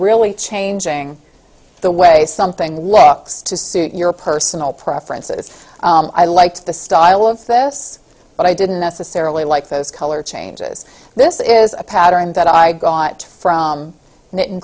really changing the way something looks to suit your personal preferences i liked the style of this but i didn't necessarily like those color changes this is a pattern that i got from